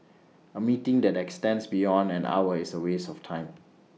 A meeting that extends beyond an hour is A waste of time